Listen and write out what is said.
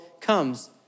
comes